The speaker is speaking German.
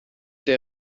der